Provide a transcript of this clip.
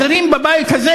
אחרים בבית הזה,